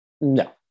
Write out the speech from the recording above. No